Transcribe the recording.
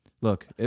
Look